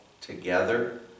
together